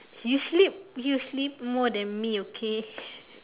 you sleep you sleep more than me okay